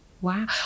wow